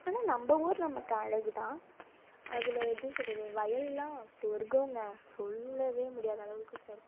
ஆனால் நம்ப ஊர் நமக்கு அழகு தான் அதில் எப்படி சொல்வது வயலெல்லாம் சொர்க்கம்ங்க சொல்லவே முடியாத அளவுக்கு சொர்க்கம்